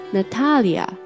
Natalia